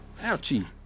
Ouchie